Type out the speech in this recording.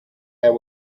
air